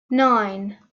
nine